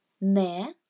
ne